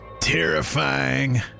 terrifying